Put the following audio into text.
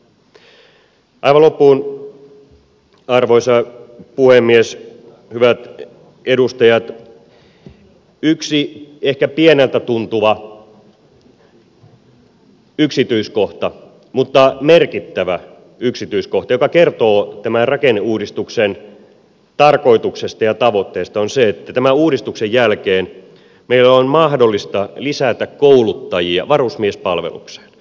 aivan loppuun arvoisa puhemies hyvät edustajat yksi ehkä pieneltä tuntuva yksityiskohta mutta merkittävä yksityiskohta joka kertoo tämän rakenneuudistuksen tarkoituksesta ja tavoitteesta on se että tämän uudistuksen jälkeen meillä on mahdollista lisätä kouluttajia varusmiespalvelukseen